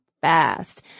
Fast